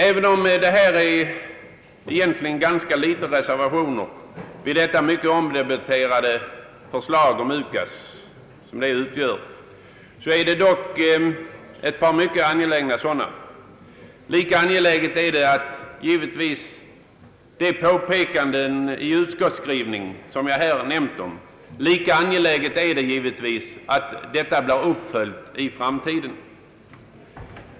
Även om reservationerna till det mycket omdebatterade UKAS-förslaget är få, finns dock dessa mycket angelägna reservationer. Det är givetvis också lika angeläget att de påpekanden i utskottsskrivningen, som jag nämnt ett par exempel på, blir uppföljda.